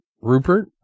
Rupert